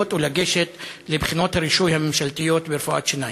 ולגשת לבחינות הרישוי הממשלתיות ברפואת שיניים.